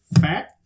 fat